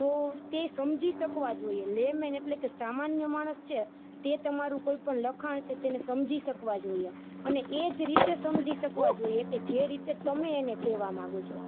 તો તે સમજી શકવા જોઈએ લે મેન એટલે સામાન્ય માણસ છે તે તમારું કોઈ પણ લખાણ છે તેને સમજી શકવા જોઈએ અને એ જ રીતે સમજી શકવા જોઈએ કે જે રીતે તમે એને કહેવા માંગો છો